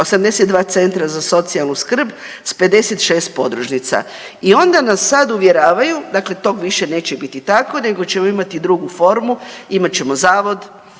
82 centra za socijalnu skrb s 56 podružnica. I onda nas sad uvjeravaju, dakle tog više neće biti tako nego ćemo imati drugu formu, imat ćemo zavod,